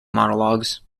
monologues